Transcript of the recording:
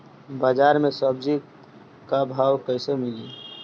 बाजार मे सब्जी क भाव कैसे मिली?